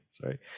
sorry